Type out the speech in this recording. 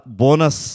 bonus